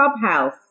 clubhouse